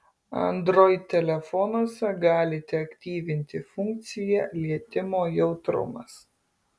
android telefonuose galite aktyvinti funkciją lietimo jautrumas